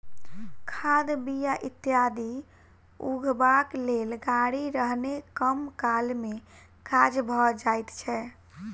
खाद, बीया इत्यादि उघबाक लेल गाड़ी रहने कम काल मे काज भ जाइत छै